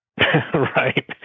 Right